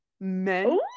Men